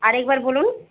আরেকবার বলুন